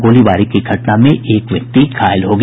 गोलीबारी की घटना में एक व्यक्ति घायल हो गया